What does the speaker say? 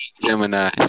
Gemini